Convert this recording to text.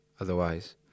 otherwise